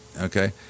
okay